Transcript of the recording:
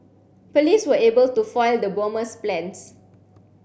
police were able to foil the bomber's plans